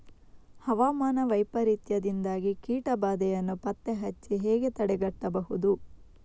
ಹವಾಮಾನ ವೈಪರೀತ್ಯದಿಂದಾಗಿ ಕೀಟ ಬಾಧೆಯನ್ನು ಪತ್ತೆ ಹಚ್ಚಿ ಹೇಗೆ ತಡೆಗಟ್ಟಬಹುದು?